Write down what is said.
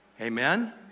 Amen